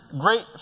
great